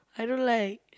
I don't like